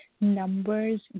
numbers